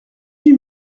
huit